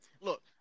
Look